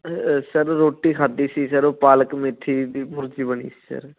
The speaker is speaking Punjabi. ਸਰ ਰੋਟੀ ਖਾਧੀ ਸੀ ਸਰ ਹੋ ਪਾਲਕ ਮੇਥੀ ਦੀ ਭੁਰਜੀ ਬਣੀ ਸੀ ਸਰ